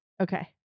Okay